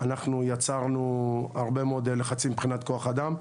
אנחנו יצרנו הרבה מאוד לחצים מבחינת כוח האדם,